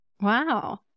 wow